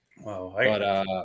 Wow